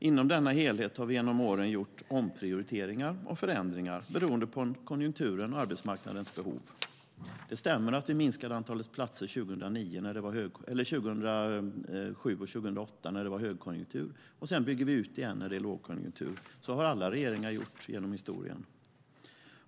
Inom denna helhet har vi genom åren gjort omprioriteringar och förändringar beroende på konjunkturen och arbetsmarknadens behov. Det stämmer att vi minskade antalet platser 2007 och 2008 när det var högkonjunktur. Sedan byggde vi ut igen när det var lågkonjunktur. Så har alla regeringar gjort genom historien.